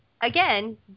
again